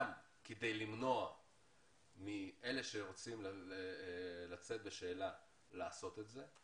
גם כדי למנוע מאלה שרוצים לצאת בשאלה לעשות את זה,